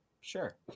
Sure